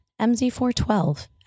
MZ412